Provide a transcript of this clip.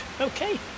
okay